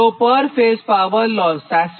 તો per phase power loss 787